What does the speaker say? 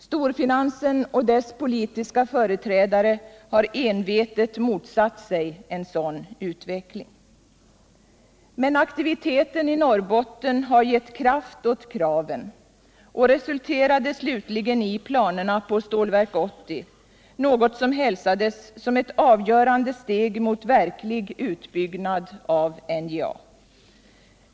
Storfinansen och dess politiska företrädare har envetet motsatt sig en sådan utveckling. Men aktiviteten i Norrbotten har gett kraft åt kraven och resulterade slutligen i planerna på Stålverk 80, något som hälsades som ett avgörande steg mot verklig utbyggnad av NJA.